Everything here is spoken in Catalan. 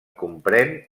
comprèn